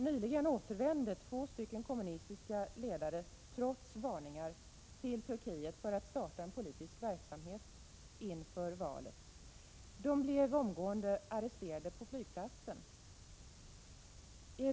Nyligen återvände två kommunistiska ledare, trots varningar, till Turkiet för att starta en politisk verksamhet inför valet. De blev omgående arresterade på flygplatsen.